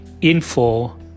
info